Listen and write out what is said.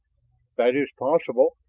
that is possible.